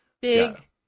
Big